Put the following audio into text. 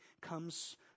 comes